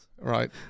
right